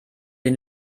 den